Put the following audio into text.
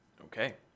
Okay